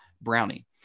brownie